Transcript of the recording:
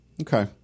okay